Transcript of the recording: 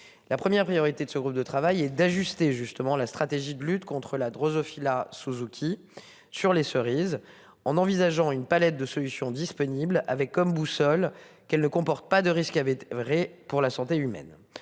La première priorité de ce groupe de travail et d'ajuster justement la stratégie de lutte contre la Drosophila Suzuki sur les cerises en envisageant une palette de solutions disponibles avec comme boussole qu'elle ne comporte pas de risques. Il avait oeuvré pour la santé humaine.